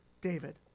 David